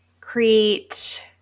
create